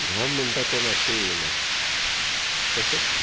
घाम म्हणटा तो मात्तूय येयना तशेंच